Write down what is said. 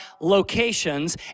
locations